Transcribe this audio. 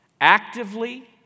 Actively